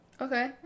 okay